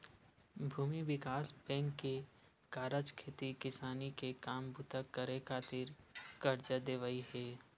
भूमि बिकास बेंक के कारज खेती किसानी के काम बूता करे खातिर करजा देवई हे